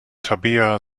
tabea